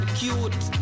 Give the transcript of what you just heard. cute